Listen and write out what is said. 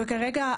וכרגע,